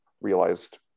realized